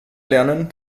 lernen